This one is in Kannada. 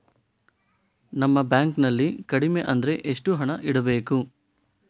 ನಮ್ಮ ಬ್ಯಾಂಕ್ ನಲ್ಲಿ ಕಡಿಮೆ ಅಂದ್ರೆ ಎಷ್ಟು ಹಣ ಇಡಬೇಕು?